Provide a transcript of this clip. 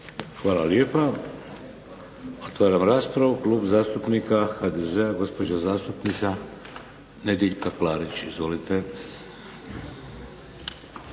Hvala lijepa. Otvaram raspravu. Klub zastupnika HDZ-a, gospođa zastupnica Nedjeljka Klarić. Izvolite.